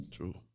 True